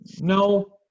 no